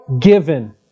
given